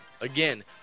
Again